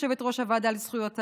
יושבת-ראש הוועדה לזכויות הילד,